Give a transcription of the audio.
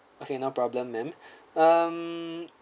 okay no problem ma'am um